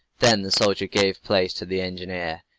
then the soldier gave place to the engineer.